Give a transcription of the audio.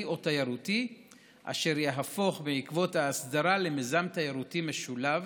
או תיירותי אשר יהפוך בעקבות ההסדרה למיזם תיירותי משולב.